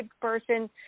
person